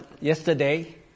yesterday